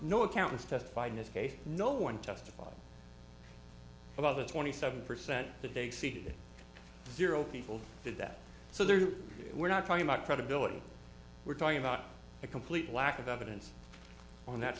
no accountants testified in this case no one testified about the twenty seven percent that they see zero people did that so there's a we're not talking about credibility we're talking about a complete lack of evidence on that